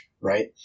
Right